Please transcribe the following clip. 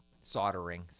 soldering